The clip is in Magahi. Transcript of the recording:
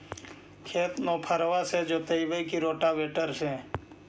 खेत नौफरबा से जोतइबै की रोटावेटर से?